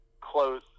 close